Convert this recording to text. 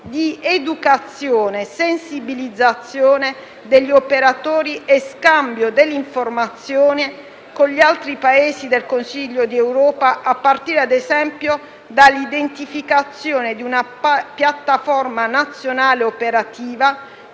di educazione e sensibilizzazione degli operatori e scambio delle informazioni con gli altri Paesi del Consiglio d'Europa, a partire - ad esempio - dall'identificazione di una piattaforma nazionale operativa